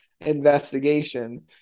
investigation